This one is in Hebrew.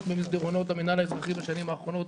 ממסדרונות המינהל האזרחי בשנים האחרונות,